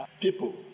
people